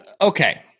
okay